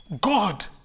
God